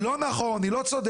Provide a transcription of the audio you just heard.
"זה לא נכון, היא לא צודקת".